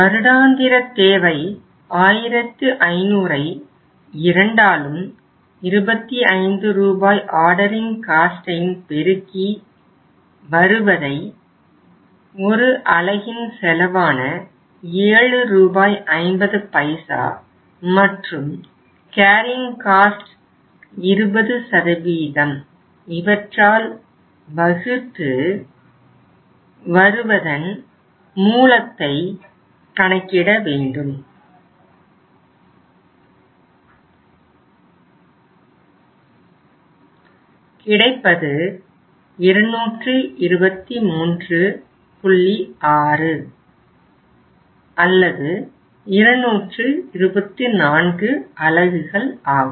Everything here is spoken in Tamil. வருடாந்திர தேவை 1500ஐ இரண்டாலும் 25 ரூபாய் ஆர்டரிங் காஸ்ட்டையும் ஆகும்